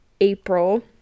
April